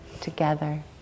together